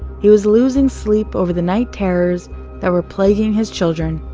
he was losing sleep over the night terrors that were plaguing his children,